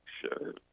Sure